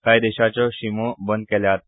कांय देशाच्यो शिमो बंद केल्यात